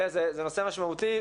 זה נושא משמעותי,